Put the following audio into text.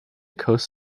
coast